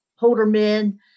Holderman